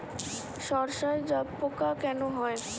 সর্ষায় জাবপোকা কেন হয়?